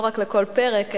לא רק לכל פרק,